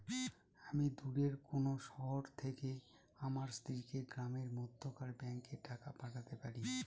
আমি দূরের কোনো শহর থেকে আমার স্ত্রীকে গ্রামের মধ্যেকার ব্যাংকে টাকা পাঠাতে পারি?